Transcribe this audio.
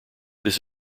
this